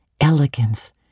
elegance